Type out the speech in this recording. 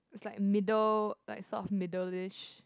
is like middle like sort of middlish